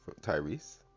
Tyrese